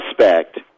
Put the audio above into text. suspect